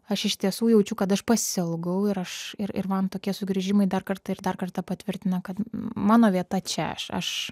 aš iš tiesų jaučiu kad aš pasiilgau ir aš ir ir man tokie sugrįžimai dar kartą ir dar kartą patvirtina kad mano vieta čia aš aš